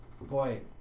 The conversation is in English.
boy